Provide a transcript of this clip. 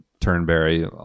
Turnberry